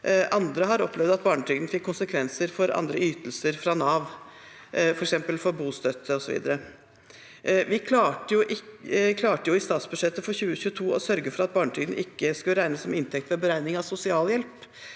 Andre har opplevd at barnetrygden fikk konsekvenser for andre ytelser fra Nav, f.eks. for bostøtte. Vi klarte i statsbudsjettet for 2022 å sørge for at barnetrygden ikke skulle regnes som inntekt ved beregning av sosialhjelp,